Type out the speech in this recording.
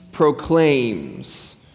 proclaims